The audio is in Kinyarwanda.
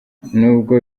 nubwo